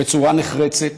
בצורה נחרצת,